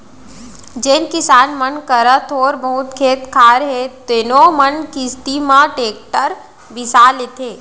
जेन किसान मन करा थोर बहुत खेत खार हे तेनो मन किस्ती म टेक्टर बिसा लेथें